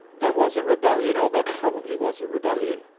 there was a rebellion or there probably was a rebellion